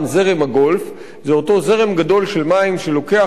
זה אותו זרם גדול של מים שלוקח מים חמים,